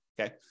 Okay